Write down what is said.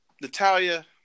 Natalia